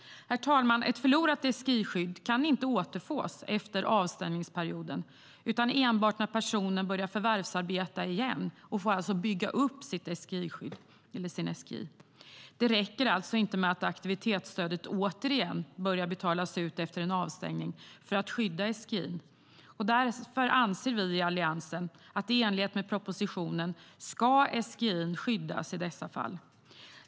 Herr talman! Ett förlorat SGI-skydd kan inte återfås efter avstängningsperioden utan enbart när personen börjar förvärvsarbeta och då kan bygga upp sin SGI igen. Det räcker alltså inte med att aktivitetsstödet återigen börjar betalas ut efter en avstängning för att skydda SGI:n. Därför anser vi i Alliansen att SGI:n, i enlighet med propositionen, ska skyddas i dessa fall.